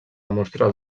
demostrar